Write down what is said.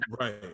right